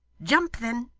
jump then